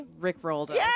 rickrolled